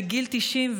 בגיל 90,